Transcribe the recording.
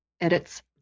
edits